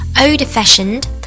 old-fashioned